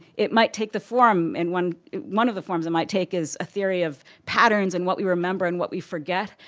it might take the form and one one of the forms it might take is a theory of patterns and what we remember and what we forget.